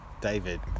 David